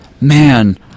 man